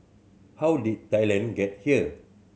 how did Thailand get here